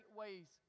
ways